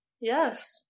Yes